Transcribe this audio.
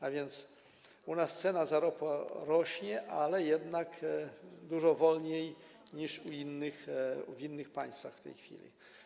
A więc u nas cena za ropę rośnie, ale jednak dużo wolniej niż w innych państwach w tej chwili.